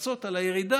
לפצות על הירידה.